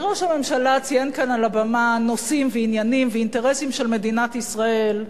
ראש הממשלה ציין כאן על הבמה נושאים ועניינים ואינטרסים של מדינת ישראל,